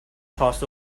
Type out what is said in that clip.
cost